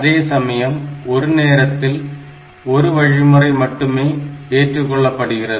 அதேசமயம் ஒரு நேரத்தில் ஒரு வழிமுறை மட்டுமே ஏற்றுக்கொள்ளப்படுகிறது